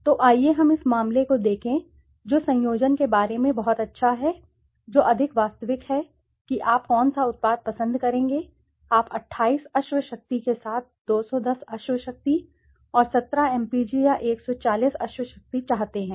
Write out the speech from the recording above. तो आइए हम इस मामले को देखें जो संयोजन के बारे में बहुत अच्छा है जो अधिक वास्तविक है कि आप कौन सा उत्पाद पसंद करेंगे आप 28 अश्वशक्ति के साथ 210 अश्वशक्ति और 17 mpg या 140 अश्वशक्ति चाहते हैं